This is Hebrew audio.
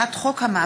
(תשלום פנסיה תקציבית מקופת המדינה),